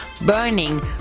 Burning